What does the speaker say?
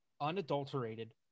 unadulterated